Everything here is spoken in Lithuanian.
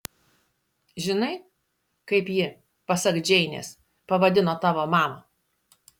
žinai kaip ji pasak džeinės pavadino tavo mamą